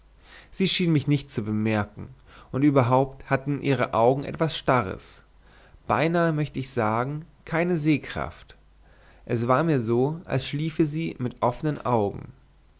sie schien mich nicht zu bemerken und überhaupt hatten ihre augen etwas starres beinahe möcht ich sagen keine sehkraft es war mir so als schliefe sie mit offnen augen